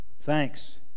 Thanks